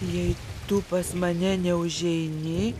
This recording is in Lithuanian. jei tu pas mane neužeini